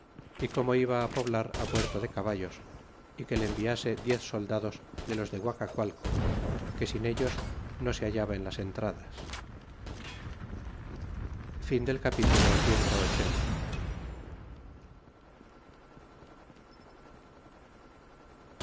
y como iba poblará puerto de caballos y que le enviase diez soldados de los de guacacualco que sin ellos no se hallaba en las entradas capitulo clxxxi